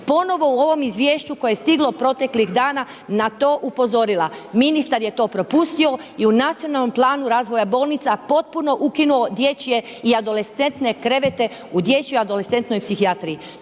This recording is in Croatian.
ponovno u ovom izvješću koje stiglo proteklih dana na to upozorila. Ministar je to propustio i u nacionalnom planu razvoja bolnica potpuno ukinuo dječje i adolescentne krevete u dječjoj i adolescentnoj psihijatriji.